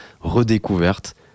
redécouverte